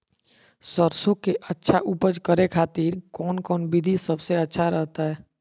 सरसों के अच्छा उपज करे खातिर कौन कौन विधि सबसे अच्छा रहतय?